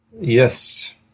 yes